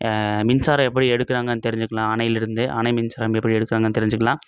மின்சாரம் எப்படி எடுக்குறாங்கனு தெரிஞ்சிக்கலாம் அணையிலிருந்து அணை மின்சாரம் எப்படி எடுக்குறாங்கனு தெரிஞ்சிக்கலாம்